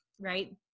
right